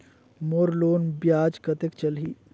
मोर loan ब्याज कतेक चलही?